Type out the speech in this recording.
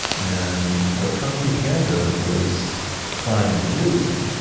and what kung fu panda was trying to do,